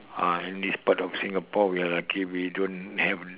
ah in this part of Singapore we are lucky we don't have